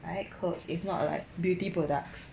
right clothes if not like beauty products